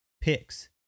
picks